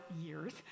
years